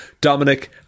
Dominic